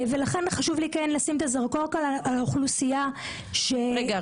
לכן חשוב לי לשים את הזרקור כאן על אוכלוסייה ש --- רגע,